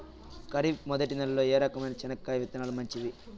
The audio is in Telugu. ఖరీఫ్ మొదటి నెల లో ఏ రకమైన చెనక్కాయ విత్తనాలు మంచివి